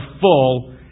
full